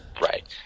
Right